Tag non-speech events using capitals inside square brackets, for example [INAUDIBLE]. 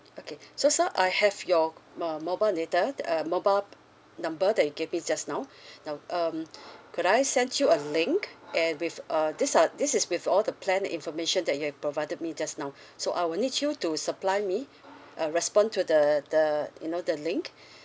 okay so sir I have your uh mobile data uh mobile number that you gave me just now [BREATH] now um could I send you a link and with uh this are this is with all the plan information that you have provided me just now so I will need you to supply me a respond to the the you know the link [BREATH]